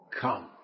come